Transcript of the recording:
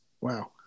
Wow